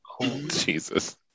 Jesus